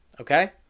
okay